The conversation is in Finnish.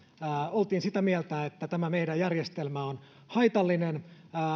oltiin sitä mieltä että tämä meidän järjestelmämme on haitallinen